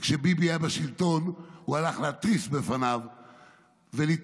כשביבי היה בשלטון הוא הלך להתריס בפניו וליטף